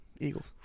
Eagles